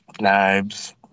knives